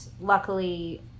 luckily